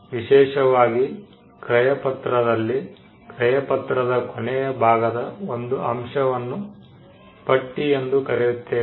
ವಿಶೇಷವಾಗಿ ಕ್ರಯಪತ್ರದಲ್ಲಿ ಕ್ರಯಪತ್ರದ ಕೊನೆಯ ಭಾಗದ ಒಂದು ಅಂಶವನ್ನು ಪಟ್ಟಿ ಎಂದು ಕರೆಯುತ್ತೇವೆ